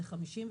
זה 55,